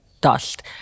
dust